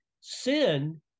sin